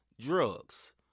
drugs